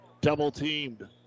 Double-teamed